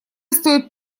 стоит